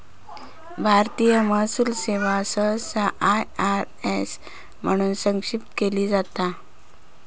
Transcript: भारतीय महसूल सेवा सहसा आय.आर.एस म्हणून संक्षिप्त केली जाता